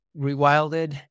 rewilded